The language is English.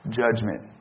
judgment